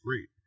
great